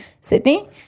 Sydney